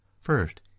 First